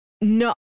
no